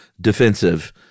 defensive